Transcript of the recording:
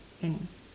and